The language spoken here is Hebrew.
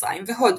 מצרים והודו,